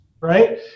right